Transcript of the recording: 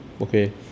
okay